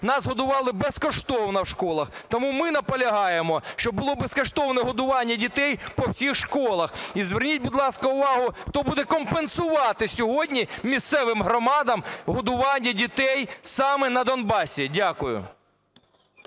нас годували безкоштовно в школах. Тому ми наполягаємо, щоб було безкоштовне годування дітей по всіх школах. І зверніть, будь ласка, увагу, хто буде компенсувати сьогодні місцевим громадам годування дітей саме на Донбасі. Дякую.